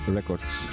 Records